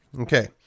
Okay